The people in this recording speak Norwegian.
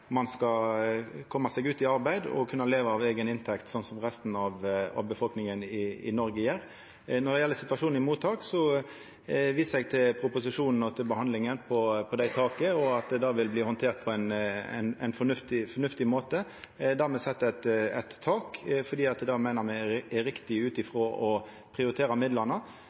ein skal koma seg ut i arbeid og leva av eiga inntekt, som resten av befolkninga i Noreg gjer. Når det gjeld situasjonen i mottak, viser eg til proposisjonen og til behandlinga av taka, og at det blir behandla på ein fornuftig måte. Me set eit tak fordi me meiner det er riktig ut ifrå prioritering av midlane,